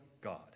God